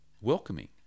welcoming